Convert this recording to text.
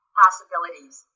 possibilities